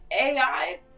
AI